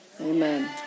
Amen